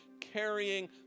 carrying